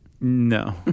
No